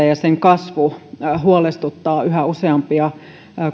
ja sen kasvu nimittäin tällä hetkellä huolestuttavat yhä useampia